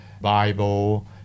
Bible